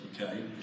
okay